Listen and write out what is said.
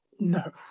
No